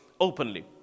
openly